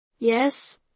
Yes